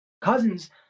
Cousins